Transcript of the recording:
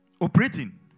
operating